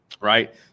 right